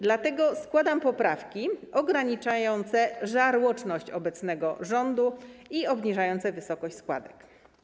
Dlatego składam poprawki ograniczające żarłoczność obecnego rządu i obniżające wysokość składek.